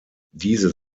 diese